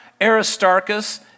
Aristarchus